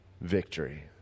victory